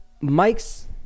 mike's